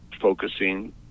focusing